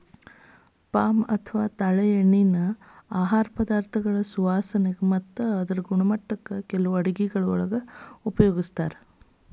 palm ಅಥವಾ ತಾಳೆಎಣ್ಣಿನಾ ಆಹಾರ ಪದಾರ್ಥಗಳ ಸುವಾಸನೆ ಮತ್ತ ಅದರ ಗುಣಮಟ್ಟಕ್ಕ ಕೆಲವು ಅಡುಗೆಗ ಉಪಯೋಗಿಸ್ತಾರ